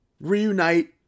reunite